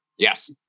Yes